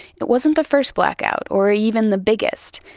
it wasn't the first blackout or even the biggest,